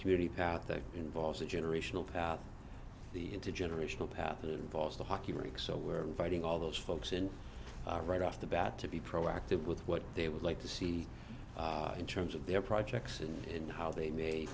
community path that involves a generational path the intergenerational path that involves the hockey rink so we're inviting all those folks in right off the bat to be proactive with what they would like to see in terms of their projects and in how they